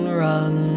run